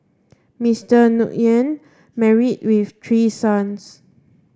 Mister Nguyen married with three sons